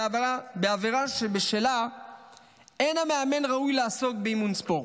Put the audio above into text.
בעבירה שבשלה אין המאמן ראוי לעסוק באימון ספורט.